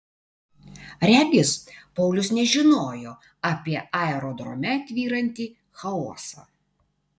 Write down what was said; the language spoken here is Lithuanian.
regis paulius nežinojo apie aerodrome tvyrantį chaosą